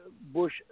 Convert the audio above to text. Bush